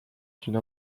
d’une